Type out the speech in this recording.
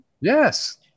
Yes